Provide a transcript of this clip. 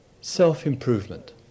self-improvement